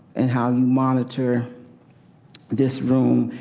and how you monitor this room,